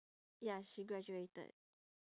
ya she graduated